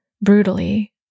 brutally